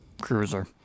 cruiser